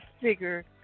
figure